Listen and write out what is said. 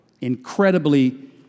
incredibly